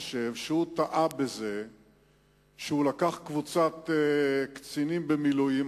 חושב שהוא טעה בזה שהוא לקח קבוצת קצינים במילואים,